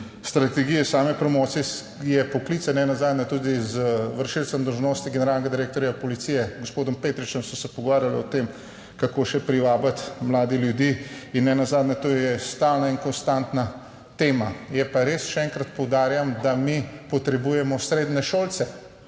strategije same promocije je poklic nenazadnje tudi z vršilcem dolžnosti generalnega direktorja Policije, z gospodom Petričem sva se pogovarjali o tem, kako še privabiti mlade ljudi in ne nazadnje, to je stalna in konstantna tema. Je pa res, še enkrat poudarjam, da mi potrebujemo srednješolce,